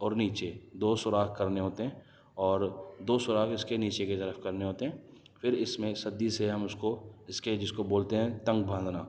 اور نیچے دو سوراخ کرنے ہوتے ہیں اور دو سوراخ اس کے نیچے کی طرف کرنے ہوتے ہیں پھر اس میں ایک سدی سے ہم اس کو اس کے جس کو بولتے ہیں تنگ باندھنا